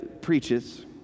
preaches